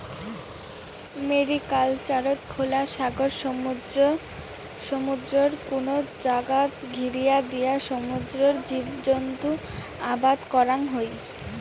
ম্যারিকালচারত খোলা সাগর, সমুদ্রর কুনো জাগাত ঘিরিয়া দিয়া সমুদ্রর জীবজন্তু আবাদ করাং হই